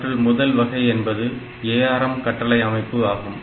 அவற்றுள் முதல் வகை என்பது ARM கட்டளை அமைப்பு ஆகும்